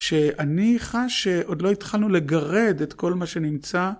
שאני חש שעוד לא התחלנו לגרד את כל מה שנמצא.